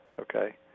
okay